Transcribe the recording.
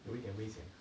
有一点危险 uh